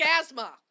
asthma